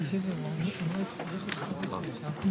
הישיבה ננעלה בשעה 11:01.